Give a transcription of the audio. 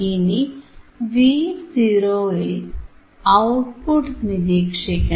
ഇനി Vo ൽ output നിരീക്ഷിക്കണം